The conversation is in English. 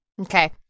Okay